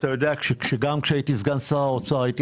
אתה יודע שגם כאשר הייתי סגן שר האוצר הייתי